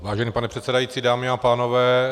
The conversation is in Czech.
Vážený pane předsedající, dámy a pánové.